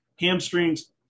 hamstrings